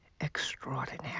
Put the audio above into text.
extraordinary